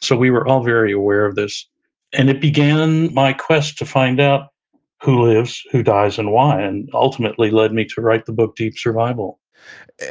so we were all very aware of this and it began my quest to find out who lives, who dies and why and ultimately led me to write the book, deep survival